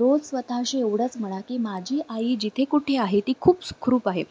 रोज स्वतःशी एवढंच म्हणा की माझी आई जिथे कुठे आहे ती खूप सुखरूप आहे